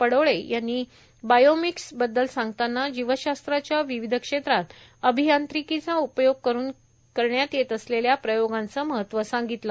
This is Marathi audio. पडोळे यांनी बायोमिक्स बद्दल सांगताना जीवशास्त्राच्या विविध क्षेत्रात अभियांत्रिकीचं उपयोग करून करण्यात येत असलेल्या प्रयोगांचे महत्व सांगितलं